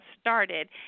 started